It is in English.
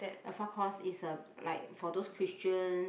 alpha course is a like for those Christians